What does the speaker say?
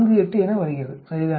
48 என வருகிறது சரிதானே